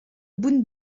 boom